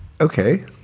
okay